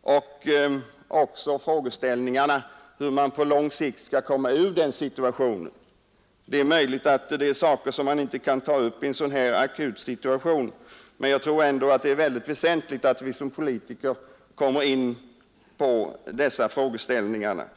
och även en diskussion om hur man på lång sikt skall komma ur den situationen. Det är möjligt att det är saker som man inte kan ta upp i en sådan här akut situation, men jag tror ändå att det är väsentligt att vi som politiker kommer in på dessa frågor.